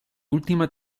última